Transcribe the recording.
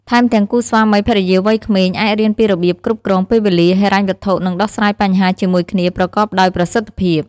ថែមទាំងគូស្វាមីភរិយាវ័យក្មេងអាចរៀនពីរបៀបគ្រប់គ្រងពេលវេលា ហិរញ្ញវត្ថុ និងដោះស្រាយបញ្ហាជាមួយគ្នាប្រកបដោយប្រសិទ្ធភាព។